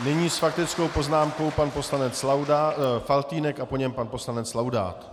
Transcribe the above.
Nyní s faktickou poznámkou pan poslanec Faltýnek a po něm pan poslanec Laudát.